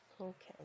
Okay